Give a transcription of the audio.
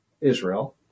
Israel